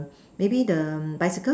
maybe the bicycle